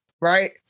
Right